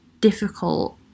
difficult